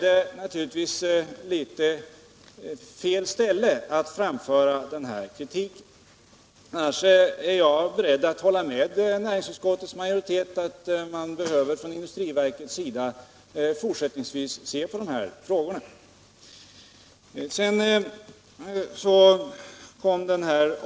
Under sådana förhållanden är det litet fel att framföra den här kritiken i detta sammanhang. Annars är jag beredd att hålla med näringsutskottet om att industriverket även fortsättningsvis måste se på importfrågorna.